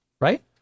right